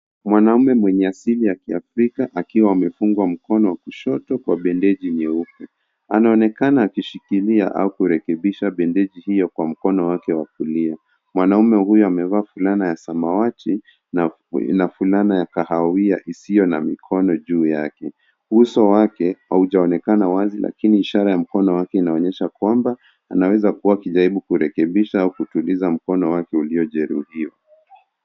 Mwanaume mwenye asili ya kiafrika akiwa amefungwa mkono wa kushoto kwa bendeji nyeupe. Anaonekana akishikilia au kurekebisha bendeji hiyo kwa mkono wake wa kulia. Mwanaume huyu amevaa fulana ya samawati na fulana ya kahawia isiyo na mikono juu yake. Uso wake ujaonekana wazi lakini ishara ya mkono wake inaonyesha kwamba anaweza kuwa akijaribu kurekebiisha au kutuliza mkono wake uliojeruhiwa.